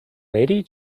lady